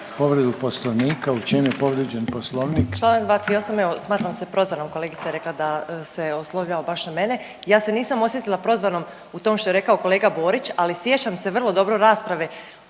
povredu Poslovnika. U čem je povrijeđen Poslovnik?